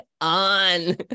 on